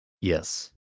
Yes